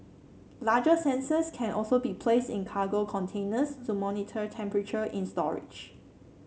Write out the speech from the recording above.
larger sensors can also be placed in cargo containers to monitor temperature in storage